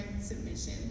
submission